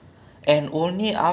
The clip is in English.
dude I don't blame you